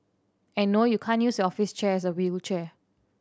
and no you can't use office chair as a wheelchair